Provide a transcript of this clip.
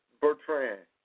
Bertrand